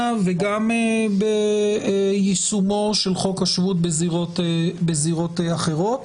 וגם ביישומו של חוק השבות בזירות אחרות.